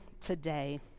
today